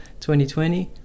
2020